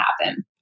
happen